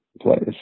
place